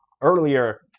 earlier